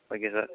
okay sir